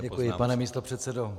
Děkuji, pane místopředsedo.